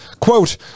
Quote